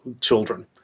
children